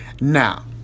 Now